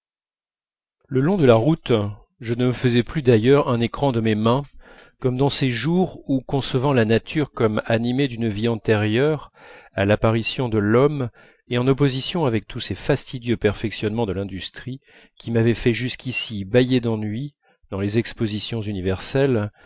le long de la route je ne me faisais plus d'ailleurs un écran de mes mains comme dans ces jours où concevant la nature comme animée d'une vie antérieure à l'apparition de l'homme et en opposition avec tous ces fastidieux perfectionnements de l'industrie qui m'avaient fait jusqu'ici bâiller d'ennui dans les expositions universelles